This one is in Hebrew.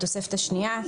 בתוספת השנייה,